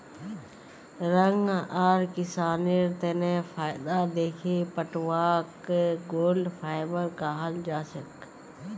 रंग आर किसानेर तने फायदा दखे पटवाक गोल्डन फाइवर कहाल जाछेक